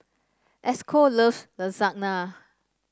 Esco loves Lasagna